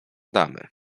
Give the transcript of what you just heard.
damy